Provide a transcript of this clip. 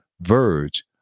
verge